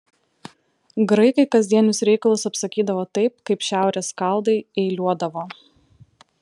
graikai kasdienius reikalus apsakydavo taip kaip šiaurės skaldai eiliuodavo